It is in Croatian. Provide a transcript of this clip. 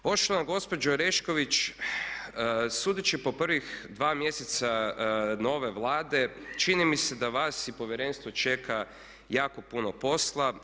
Poštovana gospođo Orešković, sudeći po prvih 2 mjeseca nove Vlade čini mi se da vas i Povjerenstvo čeka jako puno posla.